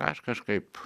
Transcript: aš kažkaip